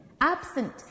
Absent